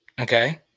Okay